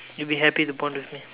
you'll be happy to bond with me